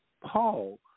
Paul